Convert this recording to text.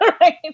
Right